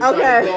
Okay